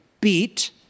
beat